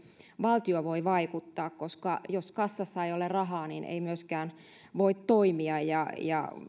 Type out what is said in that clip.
valtio voi vaikuttaa koska jos kassassa ei ole rahaa niin ei myöskään voi toimia ja ja